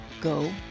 go